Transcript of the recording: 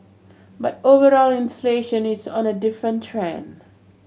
but overall inflation is on a different trend